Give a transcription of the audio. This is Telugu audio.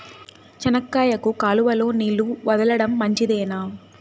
చెనక్కాయకు కాలువలో నీళ్లు వదలడం మంచిదేనా?